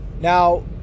Now